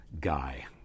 guy